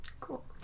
Cool